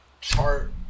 chart